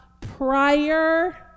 prior